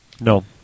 No